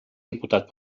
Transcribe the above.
diputat